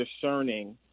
discerning